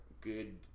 good